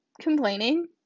complaining